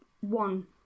one